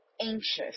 anxious